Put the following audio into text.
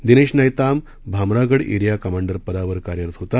Dinesh Nattan Bhamragad area commander पदावर कार्यरत होता